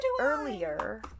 earlier